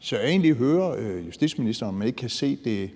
Så jeg vil egentlig høre justitsministeren, om ikke man kan se